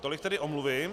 Tolik tedy omluvy.